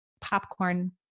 popcorn